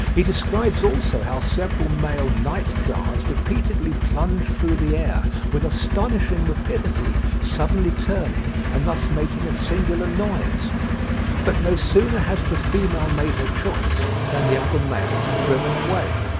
he describes also how several male night-jars repeatedly plunge through the air with astonishing rapidity, suddenly turning, and thus making a singular noise but no sooner has the female made her choice than the other males are driven away.